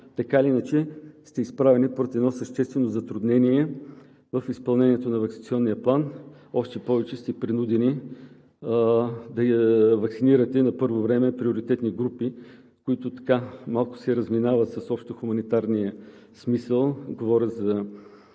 така или иначе сте изправени пред едно съществено затруднение в изпълнението на Ваксинационния план. Още повече, че сте принудени да ваксинирате на първо време приоритетни групи, които малко се разминават с общохуманитарния смисъл.